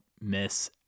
miss